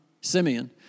Simeon